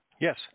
Yes